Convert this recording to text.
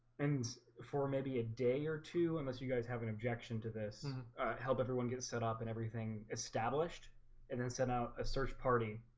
and for maybe a day or two unless you guys have an objection to this help everyone get set up and everything established and then send out a search party